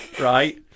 right